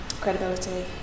Credibility